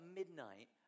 midnight